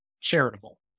charitable